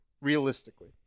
realistically